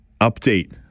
update